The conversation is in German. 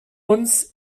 uns